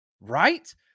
Right